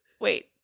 wait